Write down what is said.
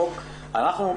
אנחנו,